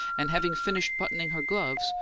and, having finished buttoning her gloves,